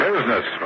Business